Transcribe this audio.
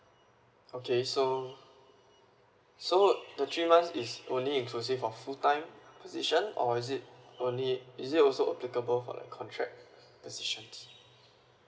okay so so the three months is only inclusive of full time position or is it only is it also applicable for like contract position